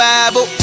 Bible